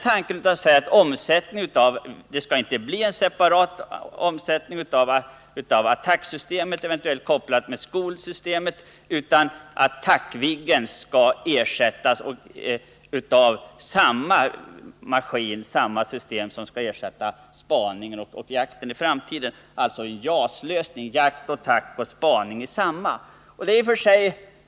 Men nu föreslås att det inte skall bli en separat omsättning av attacksystemet, eventuellt sammankopplat med skolsystemet, utan Attackviggen skall ersättas med samma maskin som den som i framtiden skall ersätta spaningsplanet och Jaktviggen. Det skulle alltså bli en JAS-lösning — jakt, attack och spaning med samma flygplan.